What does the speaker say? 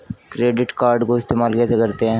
Credit card को इस्तेमाल कैसे करते हैं?